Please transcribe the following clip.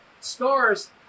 stars